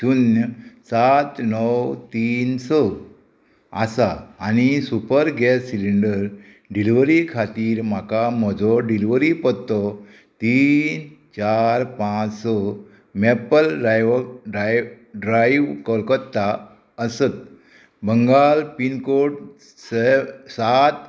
शुन्य सात णव तीन स आसा आनी सुपर गॅस सिलिंडर डिलिव्हरी खातीर म्हाका म्हजो डिलिव्हरी पत्तो तीन चार पांच स मेपल ड्रायव्ह ड्रायव्ह कलकत्ता आसत बंगाल पिनकोड सेव सात